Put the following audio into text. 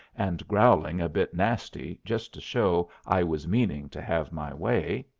and growling a bit nasty, just to show i was meaning to have my way.